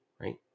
Right